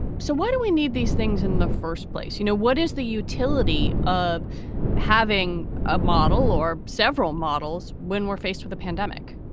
so why do we need these things in the first place? you know, what is the utility of having a model or several models? when we're faced with a pandemic?